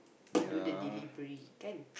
to do the delivery can